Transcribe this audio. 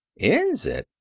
ends it!